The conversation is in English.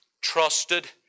trusted